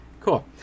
Cool